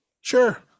Sure